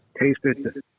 tasted